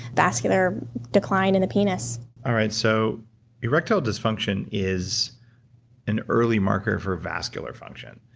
vascular decline in the penis all right, so erectile dysfunction is an early marker for vascular function,